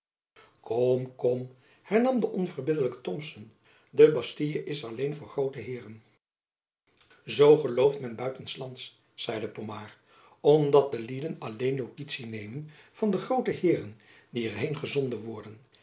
kom kom hernam de onverbiddelijke thomson de bastille is alleen voor groote heeren zoo gelooft men buiten s lands zeide pomard omdat de lieden alleen notitie nemen van de groote heeren die er heen gezonden worden